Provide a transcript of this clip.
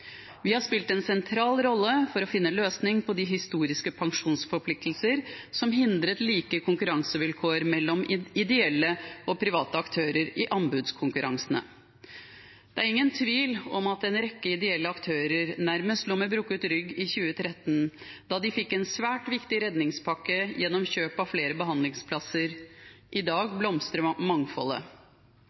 Vi har spilt en sentral rolle for å finne en løsning på de historiske pensjonsforpliktelsene som hindret like konkurransevilkår for ideelle og private aktører i anbudskonkurransene. Det er ingen tvil om at en rekke ideelle aktører nærmest lå med brukket rygg i 2013, da de fikk en svært viktig redningspakke gjennom kjøp av flere behandlingsplasser. I dag blomstrer mangfoldet.